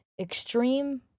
extreme